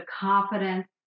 confidence